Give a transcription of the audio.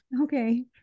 Okay